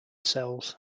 cells